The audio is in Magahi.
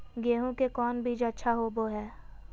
गेंहू के कौन बीज अच्छा होबो हाय?